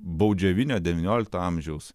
baudžiavinio devyniolikto amžiaus